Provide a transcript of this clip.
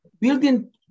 building